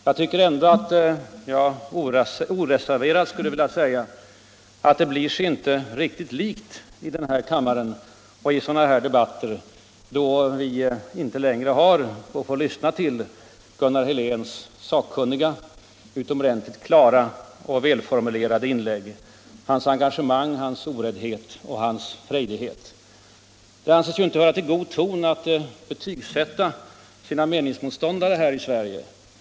Men jag vill oreserverat säga att det blir sig inte riktigt likt i denna kammare och i sådana här debatter då vi inte längre får lyssna till Gunnar Heléns sakkunniga, utomordentligt klara och välformulerade inlägg, hans engagemang, oräddhet och frejdighet. Det anses ju inte höra till god ton här i Sverige att betygsätta sina meningsmotståndare.